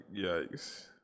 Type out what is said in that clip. yikes